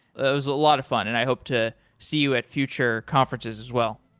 ah it was a lot of fun, and i hope to see you at future conferences as well.